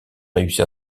réussi